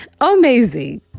amazing